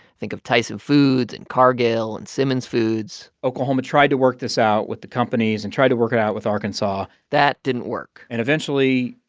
think of tyson foods and cargill and simmons foods oklahoma tried to work this out with the companies and tried to work it out with arkansas that didn't work and eventually,